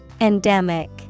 Endemic